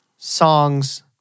Songs